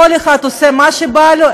כל אחד עושה מה שבא לו,